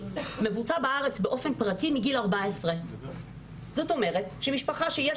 מבוצע בארץ באופן פרטי מגיל 14. זאת אומרת שמשפחה שיש